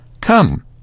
Come